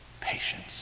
Patience